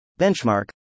Benchmark